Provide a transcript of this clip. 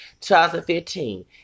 2015